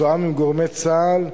מתואם עם גורמי צה"ל,